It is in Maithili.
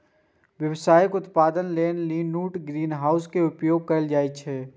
व्यावसायिक उत्पादन लेल लीन टु ग्रीनहाउस के उपयोग कैल जाइ छै